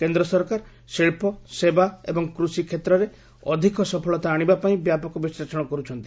କେନ୍ଦ୍ର ସରକାର ଶିଳ୍ପ ସେବା ଏବଂ କୃଷି କ୍ଷେତ୍ରରେ ଅଧିକ ସଫଳତା ଆଶିବା ପାଇଁ ବ୍ୟାପକ ବିଶ୍ଳେଷଣ କରୁଛନ୍ତି